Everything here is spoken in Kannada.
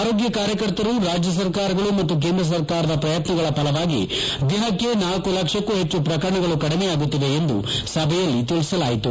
ಆರೋಗ್ಯ ಕಾರ್ಯಕರ್ತರು ರಾಜ್ಯ ಸರ್ಕಾರಗಳು ಮತ್ತು ಕೇಂದ್ರ ಸರ್ಕಾರದ ಪ್ರಯತ್ನಗಳ ಫಲವಾಗಿ ದಿನಕ್ಕೆ ನಾಲ್ಕು ಲಕ್ಷಕ್ಕೂ ಹೆಚ್ಚು ಪ್ರಕರಣಗಳು ಕಡಿಮೆಯಾಗುತ್ತಿವೆ ಎಂದು ಸಭೆಯಲ್ಲಿ ತಿಳಿಸಲಾಯಿತು